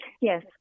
Yes